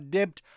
Debt